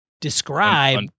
describe